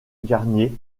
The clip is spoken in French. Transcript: garnier